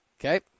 Okay